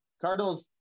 Cardinals